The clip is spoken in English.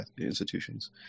institutions